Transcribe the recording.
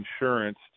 insurance